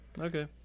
Okay